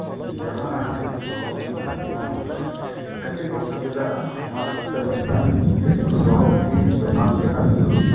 ᱡᱟᱦᱟᱸ ᱤᱧᱟᱹᱜ ᱥᱚᱲᱚᱠ ᱢᱮᱱᱟᱜᱼᱟ ᱱᱚᱣᱟ ᱨᱮ ᱠᱟᱹᱴᱤᱡᱽ ᱚᱥᱩᱵᱤᱫᱟᱜᱼᱟ ᱚᱱᱟ ᱥᱟᱶᱛᱮ ᱢᱤᱫᱴᱟᱝ ᱥᱚᱲᱚᱠᱤᱧ ᱵᱮᱱᱟᱣ ᱠᱮᱫᱟ